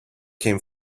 came